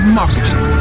marketing